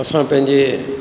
असां पंहिंजे